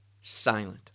silent